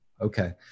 Okay